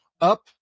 up